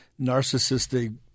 narcissistic –